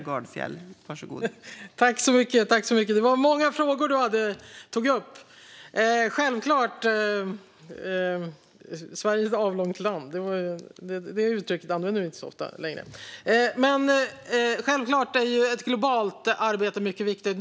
Fru talman! Ann-Charlotte Hammar Johnsson tar upp många frågor. Självklart är Sverige ett avlångt land - det uttrycket använder vi inte så ofta längre. Självklart är ett globalt arbete mycket viktigt.